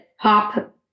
pop